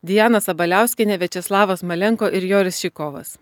diana sabaliauskienė viačeslavas malenko ir joris čikovas